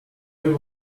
you